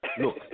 look